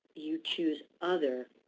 you choose other,